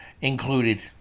included